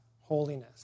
holiness